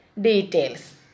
details